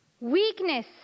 weakness